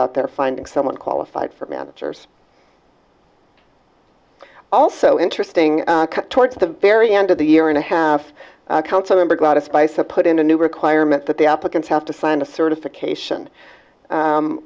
out there finding someone qualified for managers also interesting towards the very end of the year and a half council member got a spice a put in a new requirement that the applicants have to sign a certification